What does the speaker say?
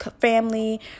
family